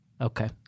Okay